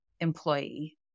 employee